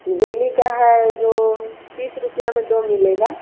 बेली का है जो तीस रुपये में दो मिलेगा